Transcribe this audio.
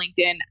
LinkedIn